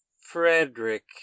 frederick